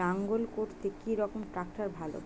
লাঙ্গল করতে কি রকম ট্রাকটার ভালো?